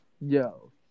Yo